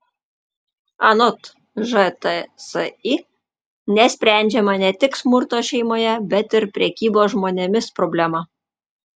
anot žtsi nesprendžiama ne tik smurto šeimoje bet ir prekybos žmonėmis problema